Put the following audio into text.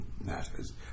matters